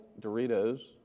Doritos